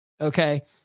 okay